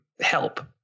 help